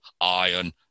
iron